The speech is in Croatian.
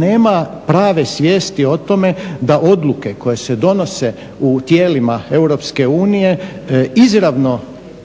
nema prave svijesti o tome da odluke koje se donose u tijelima EU izravno utječu